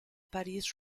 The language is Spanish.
parís